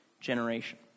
generation